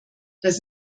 das